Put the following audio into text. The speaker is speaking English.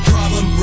Problem